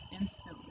instantly